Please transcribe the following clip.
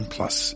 Plus